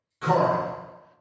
Carl